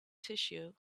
tissue